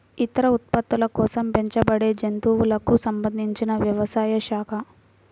ఇతర ఉత్పత్తుల కోసం పెంచబడేజంతువులకు సంబంధించినవ్యవసాయ శాఖ